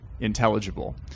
intelligible